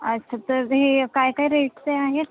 अच्छा तर हे काय काय रेटचे आहेत